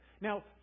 Now